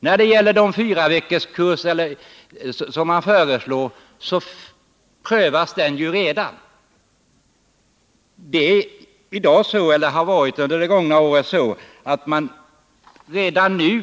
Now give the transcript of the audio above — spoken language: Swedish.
När det gäller de 4-veckorskurser som föreslås vill jag säga att den formen ju redan prövats. Redan under det gångna året har man